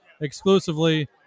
exclusively